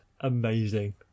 amazing